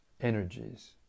energies